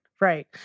right